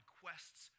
quests